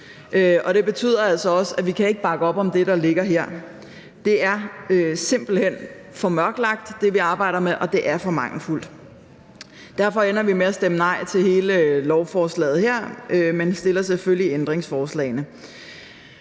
Det betyder altså også, at vi ikke kan bakke op om det, der ligger her. Det er simpelt hen for mørkelagt, hvad vi arbejder med, og det er for mangelfuldt. Derfor ender vi med at stemme nej til hele lovforslaget her, men vi stiller selvfølgelig ændringsforslagene.